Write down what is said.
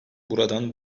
buradan